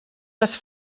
les